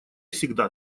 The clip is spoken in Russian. всегда